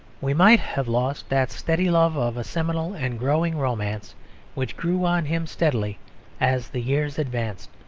we might have lost that steady love of a seminal and growing romance which grew on him steadily as the years advanced,